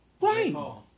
Right